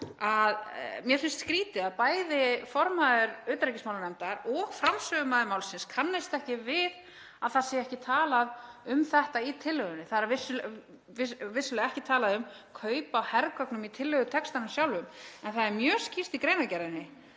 mér finnst skrýtið að bæði formaður utanríkismálanefndar og framsögumaður málsins kannist ekki við að það sé ekki talað um þetta í tillögunni. Það er vissulega ekki talað um kaup á hergögnum í tillögutextanum sjálfum en það er mjög skýrt í greinargerðinni